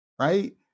right